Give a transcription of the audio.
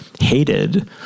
Hated